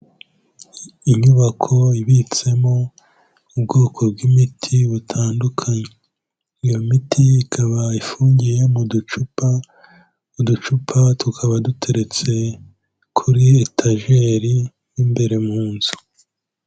inyubako ibitsemo ubwoko bw'imiti butandukanye, iyo miti ikaba ifungiye mu ducupa. Uducupa tukaba duteretse kuri etajeri imbere mu nzu.